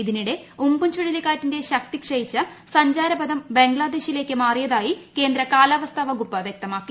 ഇതിനിടെ ഉംപുൻ ചുഴിലക്കാറ്റിന്റെ ശക്തി ക്ഷയിച്ച് സഞ്ചാരപഥം ബംഗ്ലാദേശിലേയ്ക്ക് മാറിയതായി കേന്ദ്ര കാലാവസ്ഥാ വകുപ്പ് വ്യക്തമാക്കി